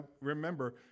remember